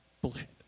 bullshit